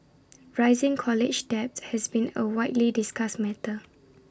rising college debt has been A widely discussed matter